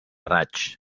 raigs